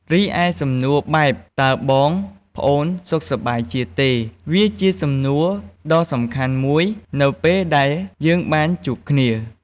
រីឯសំណួរបែប តើបង ប្អូនសុខសប្បាយជាទេ? វាជាសំណួរដ៏សំខាន់មួយនៅពេលដែលយើងបានជួបគ្នា។